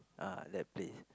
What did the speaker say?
ah that place